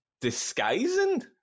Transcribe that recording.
disguising